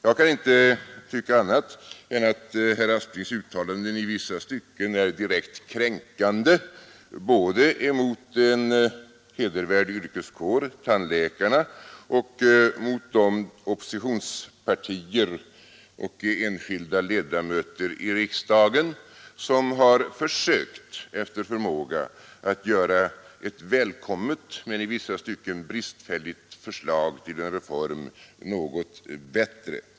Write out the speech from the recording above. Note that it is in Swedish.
Jag kan inte tycka annat än att herr Asplings uttalanden i vissa stycken är direkt kränkande både emot en hedervärd yrkeskår, tandläkarna, och mot de oppositionspartier och enskilda medlemmar i riksdagen som efter förmåga har försökt att göra ett välkommet men i vissa stycken bristfälligt förslag till en reform något bättre.